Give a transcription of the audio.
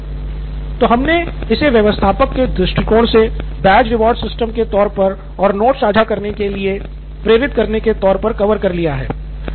professor तो हमने इसे व्यवस्थापक के दृष्टिकोण से बैज रिवार्ड सिस्टम के तौर पर और नोट्स साझा करने को प्रेरित करने के तौर पर कवर कर लिया है